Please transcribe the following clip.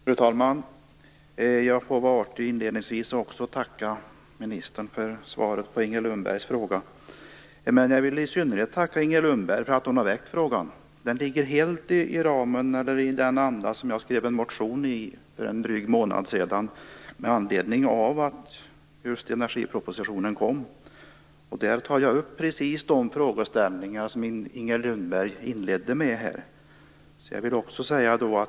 Fru talman! Jag skall inledningsvis vara artig och tacka ministern för svaret på Inger Lundbergs interpellation. Men jag vill i synnerhet tacka Inger Lundberg för att hon har framställt interpellationen. Den ligger helt i den anda som jag skrev en motion i för en dryg månad sedan med andledning av energipropositionen. I motionen tar jag upp precis de frågeställningar som Inger Lundberg gjorde i sin inledning.